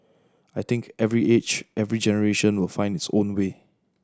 I think every age every generation will find its own way